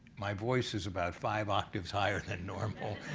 my voice is about five octaves higher than normal,